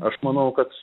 aš manau kad